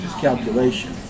calculation